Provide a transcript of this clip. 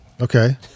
Okay